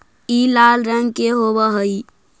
ई लाल रंग के होब हई